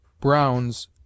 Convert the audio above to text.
Brown's